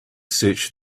search